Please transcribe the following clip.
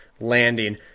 landing –